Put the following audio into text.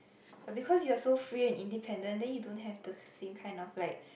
but because you are so free and independent then you don't have the same kind of like